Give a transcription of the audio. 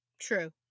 True